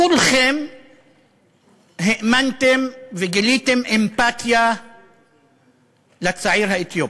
כולכם האמנתם וגיליתם אמפתיה לצעיר האתיופי,